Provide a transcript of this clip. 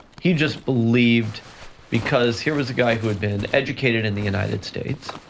he just believed because here was a guy who had been educated in the united states.